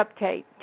update